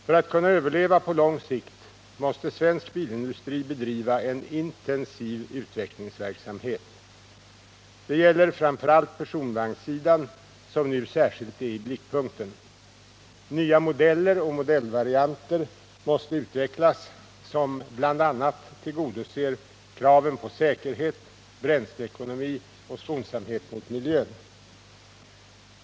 För att kunna överleva på lång sikt måste svensk bilindustri bedriva en intensiv utvecklingsverksamhet. Detta gäller framför allt personvagnssidan som nu är särskilt i blickpunkten. Nya modeller och modellvarianter måste utvecklas som bl.a. tillgodoser kraven på säkerhet, bränsleekonomi och skonsamhet mot miljön.